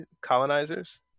colonizers